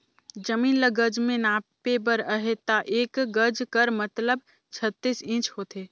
जमीन ल गज में नापे बर अहे ता एक गज कर मतलब छत्तीस इंच होथे